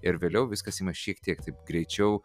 ir vėliau viskas ima šiek tiek taip greičiau